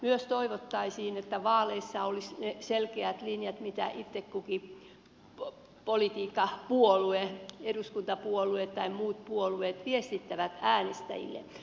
myös toivottaisiin että vaaleissa olisi selkeät linjat mitä itse kukin politiikkapuolue eduskuntapuolue tai muut puolueet viestittävät äänestäjille